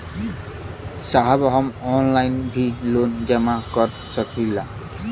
साहब हम ऑनलाइन भी लोन जमा कर सकीला?